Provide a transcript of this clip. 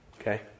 Okay